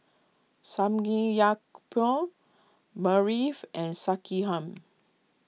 Samgeyopsal Barfi and Sekihan